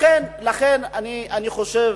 לכן, אני חושב